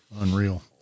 Unreal